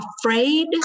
afraid